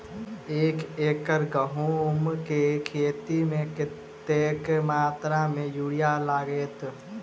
एक एकड़ गेंहूँ केँ खेती मे कतेक मात्रा मे यूरिया लागतै?